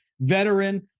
veteran